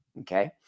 okay